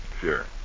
Sure